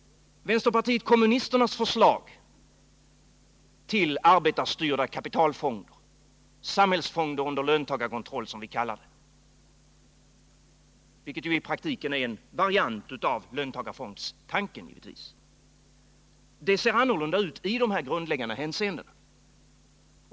Vänsterpartiet kommunisternas förslag till arbetarstyrda kapitalfonder — samhällsfonder under löntagarkontroll, som vi kallar dem, och som givetvis i praktiken är en variant av löntagarfondstanken — ser annorlunda ut i dessa grundläggande hänseenden.